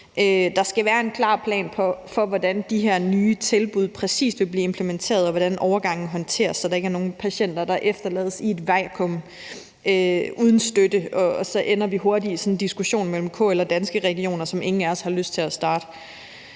Der skal være en klar plan for, præcis hvordan de her nye tilbud vil blive implementeret, og hvordan overgangen håndteres, så der ikke er nogen patienter, der efterlades i et vakuum uden støtte – så ender vi hurtigt i sådan en diskussion mellem KL og Danske Regioner, som ingen af os har lyst til at starte.